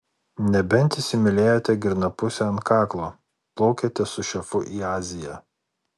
nebent įsimylėjote girnapusę ant kaklo plaukiate su šefu į aziją